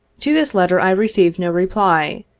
to this letter i received no reply,